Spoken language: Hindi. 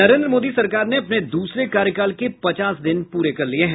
नरेन्द्र मोदी सरकार ने अपने द्रसरे कार्यकाल के पचास दिन पूरे कर लिए हैं